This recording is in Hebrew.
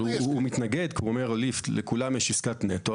אבל הוא מתנגד כי הוא אומר שלכולם יש עסקת נטו,